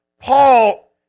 Paul